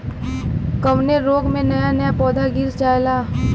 कवने रोग में नया नया पौधा गिर जयेला?